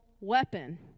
weapon